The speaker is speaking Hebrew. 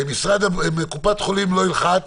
קופת חולים לא תלחץ